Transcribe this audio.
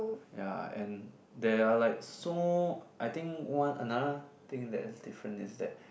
ya and there are like so I think one another thing that is different is that